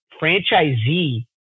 franchisee